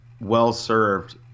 well-served –